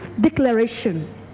declaration